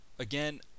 Again